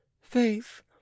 faith